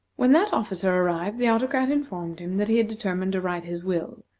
when that officer arrived, the autocrat informed him that he had determined to write his will,